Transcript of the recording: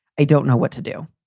i don't know what to do.